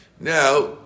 Now